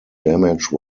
damage